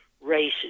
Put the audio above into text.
races